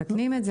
מתקנים.